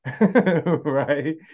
right